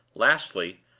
lastly,